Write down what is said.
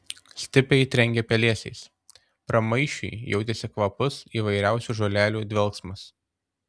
stipriai trenkė pelėsiais pramaišiui jautėsi kvapus įvairiausių žolelių dvelksmas